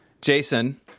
Jason